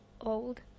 old